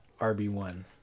RB1